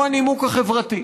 והוא הנימוק החברתי.